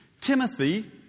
Timothy